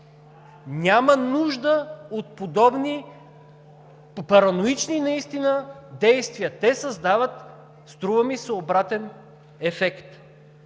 Няма нужда от подобни параноични наистина действия. Те създават, струва ми се, обратен ефект.